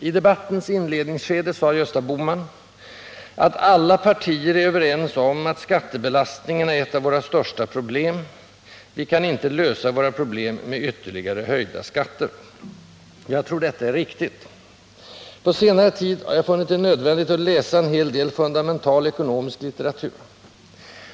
I debattens inledningsskede sade Gösta Bohman att alla partier är överens om att skattebelastningen är ett av våra största problem och att vi inte kan lösa våra problem med ytterligare höjda skatter. Jag tror detta är riktigt. — På senare tid har jag funnit det nödvändigt att läsa en hel del fundamental ekonomisk litteratur.